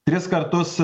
tris kartus